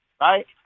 right